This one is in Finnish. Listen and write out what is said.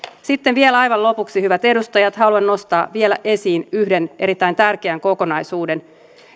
sitten vielä aivan lopuksi hyvät edustajat haluan nostaa esiin yhden erittäin tärkeän kokonaisuuden